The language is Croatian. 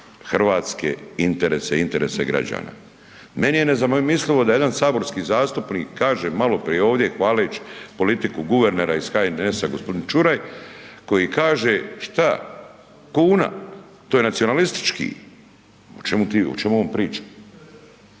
hrvatske interese i interese građana. Meni je nezamislivo da jedan saborski zastupnik kaže malo prije ovdje hvaleći politiku guvernera iz HNS-a gospodin Čuraj koji kaže: „Što kuna, to je nacionalistički.“ O čemu on priča?